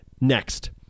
next